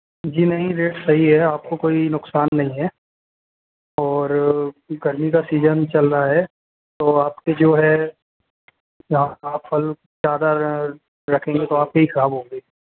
जी नहीं रेट सही है आपको कोई नुकसान नहीं है और गर्मी का सीजन चल रहा है तो आप के जो है वह आप फल ज़्यादा रखेंगे तो आपके ही खराब होंगे